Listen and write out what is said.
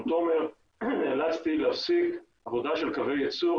תומר נאלצתי להפסיק עבודה של קווי ייצור,